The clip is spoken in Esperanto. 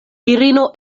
virino